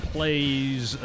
Plays